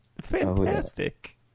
Fantastic